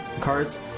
cards